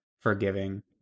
forgiving